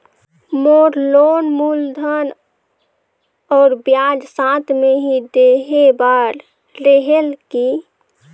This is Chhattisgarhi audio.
मोर लोन मूलधन और ब्याज साथ मे ही देहे बार रेहेल की?